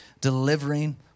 delivering